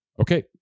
Okay